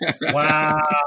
Wow